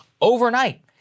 overnight